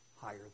higher